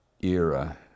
era